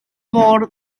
mor